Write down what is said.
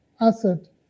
asset